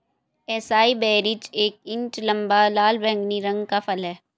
acai berries एक इंच लंबा, लाल बैंगनी रंग का फल है